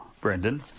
Brendan